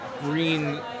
green